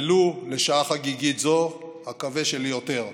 ולו לשעה חגיגית זו, אקווה שליותר.